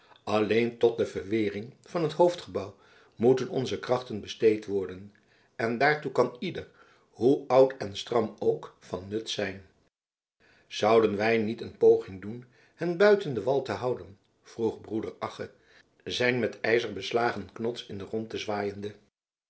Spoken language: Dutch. alleen tot de verwering van het hoofdgebouw moeten onze krachten besteed worden en daartoe kan ieder hoe oud en stram ook van nut zijn zouden wij niet een poging doen hen buiten den wal te houden vroeg broeder agge zijn met ijzer beslagen knods in de rondte zwaaiende